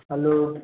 hello